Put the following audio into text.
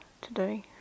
today